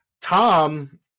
Tom